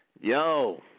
Yo